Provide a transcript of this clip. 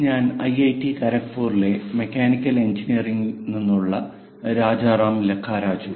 ഞാൻ ഐഐടി ഖരഗ്പൂരിലെ മെക്കാനിക്കൽ എഞ്ചിനീയറിംഗിൽ നിന്നുള്ള രാജരാം ലക്കരാജു